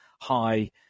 high